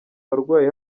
barwayi